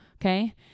okay